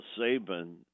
Saban